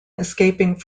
escaping